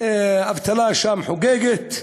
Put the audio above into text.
האבטלה שם חוגגת,